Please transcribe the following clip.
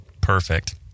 Perfect